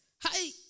Hi